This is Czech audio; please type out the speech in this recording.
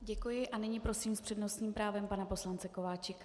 Děkuji a nyní prosím s přednostním právem pana poslance Kováčika.